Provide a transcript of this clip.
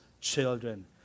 children